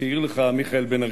כשהעיר לך מיכאל בן-ארי.